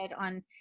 on